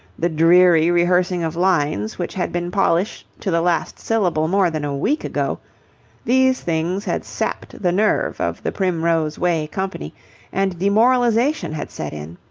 the dreary rehearsing of lines which had been polished to the last syllable more than a week ago these things had sapped the nerve of the primrose way company and demoralization had set in.